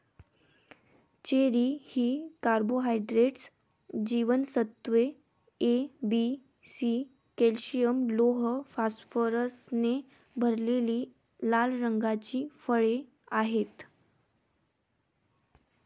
cherry ही carbohydrates, जीवनसत्त्वे A, B, C, calcium, लोह, फॉस्फरसने भरलेली लाल रंगाची फळे आहेत